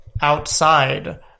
outside